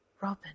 Robin